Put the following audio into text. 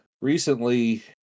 recently